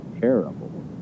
terrible